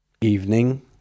Evening